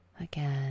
Again